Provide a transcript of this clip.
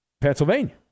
Pennsylvania